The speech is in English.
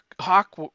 hawk